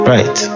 Right